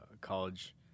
college